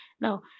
Now